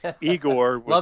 Igor